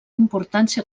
importància